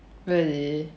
really